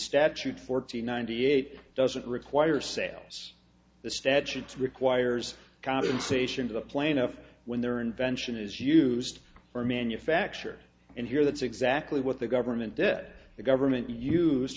statute fourteen ninety eight doesn't require sales the statute requires compensation to the plaintiff when their invention is used for manufacture and here that's exactly what the government debt the government used